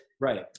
right